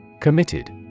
Committed